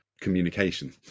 communication